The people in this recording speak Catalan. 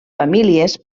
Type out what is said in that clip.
famílies